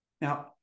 Now